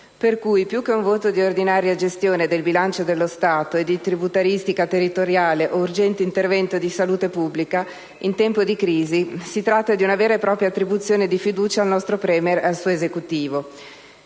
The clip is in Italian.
pertanto, più che di un voto di ordinaria gestione del bilancio dello Stato e di tributaristica territoriale o di un urgente intervento di «salute pubblica» in tempo di crisi, si tratta di una vera e propria attribuzione di fiducia al nostro *Premier* e al suo Esecutivo.